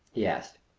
he asked.